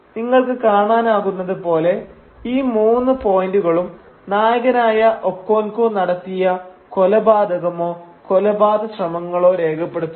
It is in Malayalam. നിങ്ങൾക്ക് കാണാനാകുന്നത് പോലെ ഈ മൂന്ന് പോയിന്റുകളും നായകനായ ഒക്കോൻകോ നടത്തിയ കൊലപാതകമോ കൊലപാതക ശ്രമങ്ങളോ രേഖപ്പെടുത്തുന്നു